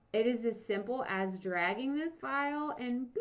it is as simple as dragging this file and